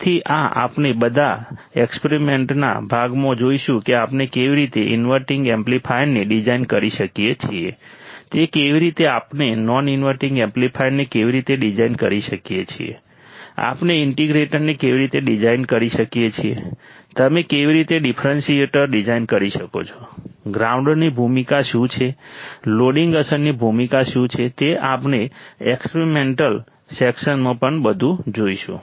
તેથી આ આપણે બધા એક્સપેરિમેન્ટના ભાગમાં જોઈશું કે આપણે કેવી રીતે ઇન્વર્ટિંગ એમ્પ્લીફાયરને ડિઝાઇન કરી શકીએ છીએ તે કેવી રીતે આપણે નોન ઇનવર્ટિંગ એમ્પ્લીફાયરને કેવી રીતે ડિઝાઇન કરી શકીએ છીએ આપણે ઇન્ટિગ્રેટરને કેવી રીતે ડિઝાઇન કરી શકીએ છીએ તમે કેવી રીતે ડિફરન્સિએટર ડિઝાઇન કરી શકો છો ગ્રાઉન્ડની ભૂમિકા શું છે લોડિંગ અસરની ભૂમિકા શું છે તે આપણે એક્સપેરિમેન્ટલ સેકશનમાં પણ બધું જોઈશું